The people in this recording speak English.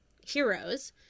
heroes